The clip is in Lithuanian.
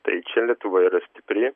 tai čia lietuva yra stipri